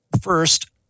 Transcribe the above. First